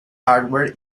hardware